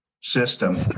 system